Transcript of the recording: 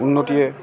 উন্নতিয়ে